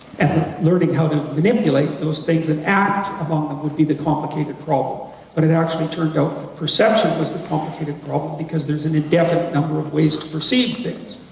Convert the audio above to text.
and that learning how to manipulate those things and act upon them would be the complicated problem but it actually turned about that perception was the complicated problem because there's an indefinite number of ways to perceive things.